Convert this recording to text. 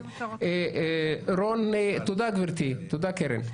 תודה, קרן.